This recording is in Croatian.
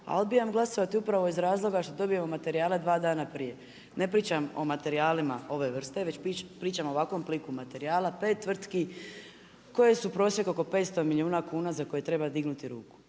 A odbijam glasovati upravo iz razloga što dobijemo materijale dva dana prije. Ne pričam o materijalima ove vrste već pričam o ovakvu pliku materijala 5 tvrtki koje su prosjek oko 500 milijuna kuna za koji treba dignuti ruku.